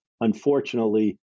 unfortunately